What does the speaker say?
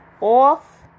off